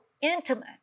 intimate